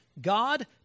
God